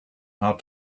how